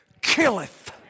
killeth